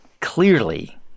clearly